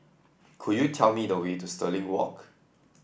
could you tell me the way to Stirling Walk